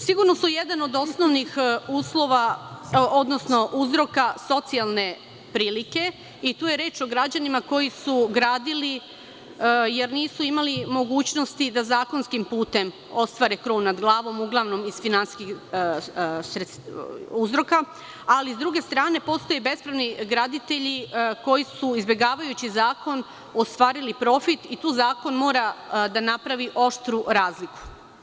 Sigurno su jedan od osnovnih uzroka socijalne prilike i tu je reč o građanima koji su gradili, jer nisu imali mogućnosti da zakonskim putem ostvare krov nad glavom, uglavnom iz finansijskih uzroka, ali s druge strane postoje bespravni graditelji koji su, izbegavajući zakon, ostvarili profit i tu zakon mora da napravi oštru razliku.